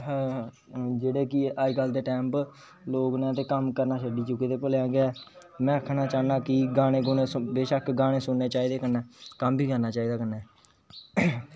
हां जेहडे़ कि अजकल दे टाइम लोग न कम्म करना शडी चुके दे न भलेआं के में आक्खना चाहना कि गाने गुने बेशक गाने सुनने चाहिदे कन्नैम कम्म बी करना चाहिदा कन्नै